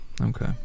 Okay